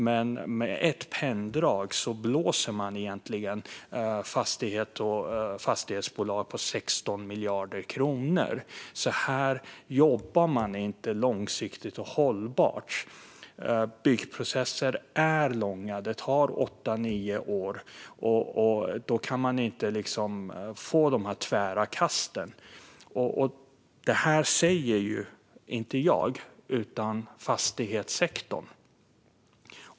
Men med ett penndrag blåser man fastighetsbolag på 16 miljarder kronor, så här jobbar man inte långsiktigt eller hållbart. Byggprocesser är långa. De tar åtta nio år, och då kan man inte ha de här tvära kasten. Det säger inte jag, utan det säger fastighetssektorn.